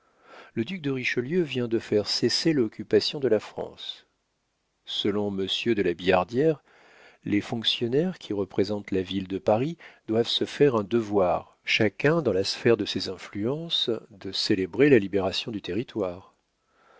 le duc de richelieu vient de faire cesser l'occupation de la france selon monsieur de la billardière les fonctionnaires qui représentent la ville de paris doivent se faire un devoir chacun dans la sphère de ses influences de célébrer la libération du territoire